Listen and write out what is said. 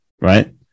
right